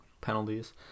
penalties